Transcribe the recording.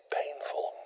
painful